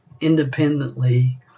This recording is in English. independently